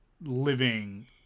living